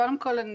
קודם כל,